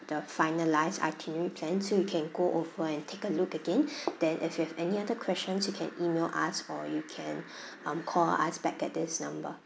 the finalised itinerary plan so you can go over and take a look again then if you have any other questions you can email us or you can um call us back at this number